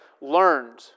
learned